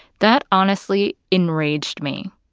that honestly enraged me.